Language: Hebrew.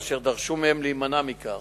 אשר דרשו מהם להימנע מכך.